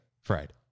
fried